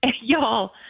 y'all